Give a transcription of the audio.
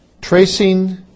tracing